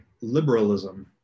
liberalism